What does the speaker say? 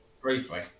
Briefly